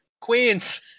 Queens